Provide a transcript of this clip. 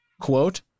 quote